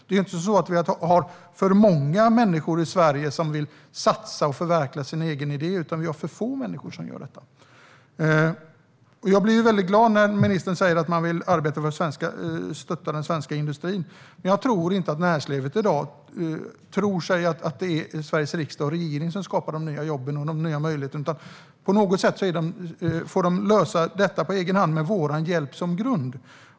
Det är inte så att vi har för många människor i Sverige som vill satsa och förverkliga sin egen idé, utan vi har för få som gör detta. Jag blir glad när ministern säger att man vill arbeta med och stötta den svenska industrin. Jag tror inte att näringslivet i dag menar att det är Sveriges riksdag och regering som skapar de nya jobben och de nya möjligheterna. På något sätt får näringslivet lösa detta på egen hand med vår hjälp som grund.